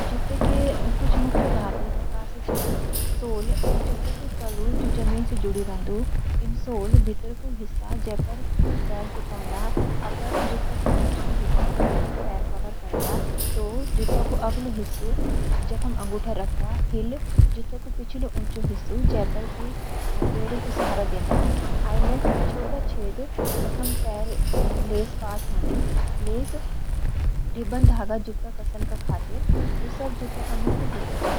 जूते के कुछ मुख्य भाग ये प्रकार सी छ: सोल - जूता कु तल्लु, जू ज़मीन सी जुड़ी रहंदु। इनसोल - भीतर कु हिस्सा जे पर पैर टिकोंदा। अपर - जूता कु एंच कु हिस्सा, जे पर पैर कवर करदा। टों - जूता कु अगलु हिस्सा जखम अंगूठा रखदा। हिल - जूता कु पिछलु ऊंचु हिस्सा, जे पर पैर की एड़ी कु सहारा देंदा। आईलेट्स - छोटा छेद जख पर लेस पास होंदी। लेस - रिबन/धागा जूता कसन का खातिर। यू सब जूता का मुख्य हिस्से छन।